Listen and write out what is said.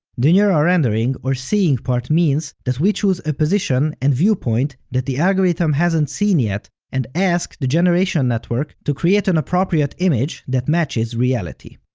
the neural rendering or seeing part means that we choose a position and viewpoint that the algorithm hasn't seen yet, and ask the generation network to create an appropriate image that matches reality.